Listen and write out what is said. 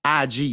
IG